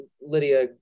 Lydia